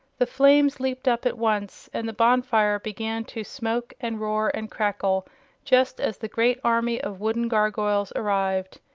the flames leaped up at once and the bonfire began to smoke and roar and crackle just as the great army of wooden gargoyles arrived.